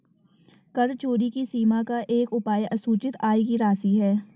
कर चोरी की सीमा का एक उपाय असूचित आय की राशि है